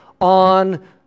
on